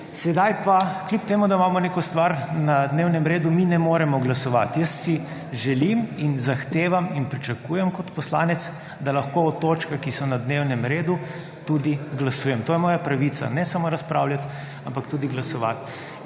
Sedaj pa, kljub temu da imamo neko stvar na dnevnem redu, mi ne moremo glasovati. Jaz si želim in zahtevam in pričakujem kot poslanec, da lahko o točkah, ki so na dnevnem redu tudi glasujem. To je moja pravica. Ne samo razpravljati, ampak tudi glasovati.